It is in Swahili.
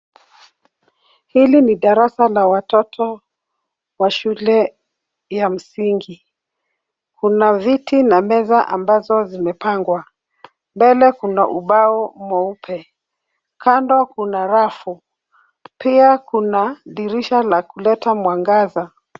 Hili ni darasa la watoto wa shule ya msingi. Kuna viti na meza ambazo zimepangwa. Mbele kuna ubao mweupe. Kando kuna rafu. Pia kuna dirisha la kuleta mwangaza.